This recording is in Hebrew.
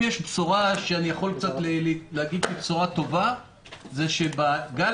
אם יש בשורה שאני יכול להגיד שהיא קצת טובה זה שבגל